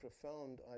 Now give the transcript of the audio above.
profound